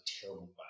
terrible